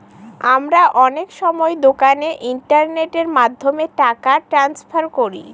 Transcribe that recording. আমরা অনেক সময় দোকানে ইন্টারনেটের মাধ্যমে টাকা ট্রান্সফার করি